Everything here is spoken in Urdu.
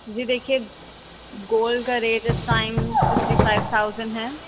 جی دیکھیے گولڈ کا ریٹ اس ٹائم سکسٹی فائو تھاؤزنڈ ہے